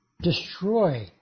destroy